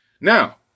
Now